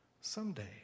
someday